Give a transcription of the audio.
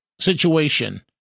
situation